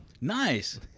Nice